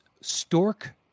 Stork